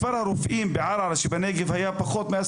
אימאן ח'טיב; ד"ר יאסר חוג'יראת;